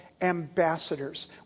ambassadors